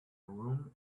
room